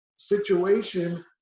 situation